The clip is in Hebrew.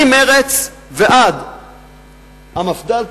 ממרצ ועד המפד"ל,